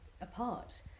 apart